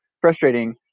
frustrating